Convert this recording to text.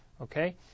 Okay